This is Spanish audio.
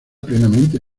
plenamente